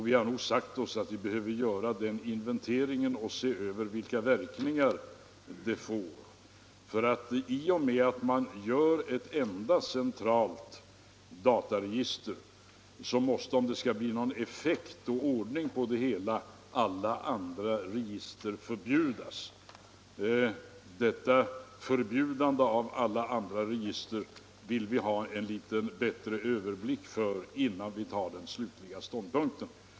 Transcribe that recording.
Vi har då sagt oss att vi behöver göra en inventering och se över vilka verkningar det får. I och med att man gör ett enda centralt dataregister måste ju, om det skall bli någon effekt av det och ordning på det hela, alla andra register förbjudas. Detta förbjudande av alla andra register vill vi ha en litet bättre överblick över innan vi tar den slutliga ståndpunkten.